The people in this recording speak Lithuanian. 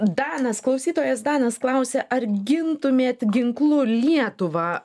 danas klausytojas danas klausia ar gintumėt ginklu lietuvą